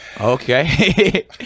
Okay